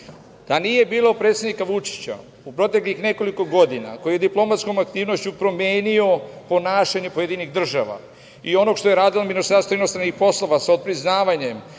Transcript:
nije bilo predsednika Vučića u proteklih nekoliko godina koji je diplomatskom aktivnošću promenio ponašanje pojedinih država i onog što je radilo Ministarstvo inostranih poslova sa otpriznavanjem,